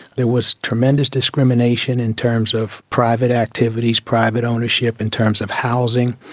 there was tremendous discrimination in terms of private activities, private ownership, in terms of housing,